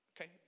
Okay